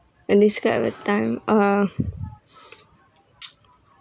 and describe a time uh